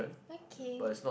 okay